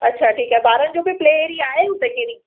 अच्छा ठीकु आहे ॿारनि जो बि प्ले एरिया आहे हुते कहिड़ी